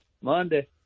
Monday